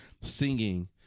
singing